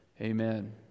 Amen